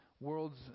world's